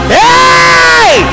hey